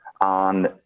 on